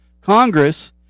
congress